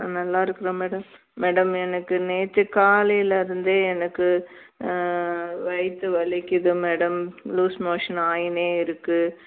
நல்லா இருக்கிறோம் madam madam எனக்கு நேற்று காலையில் இருந்தே எனக்கு வயிற்றை வலிக்குது மேடம் லூஸ் மோஷன் ஆயின்னே இருக்குது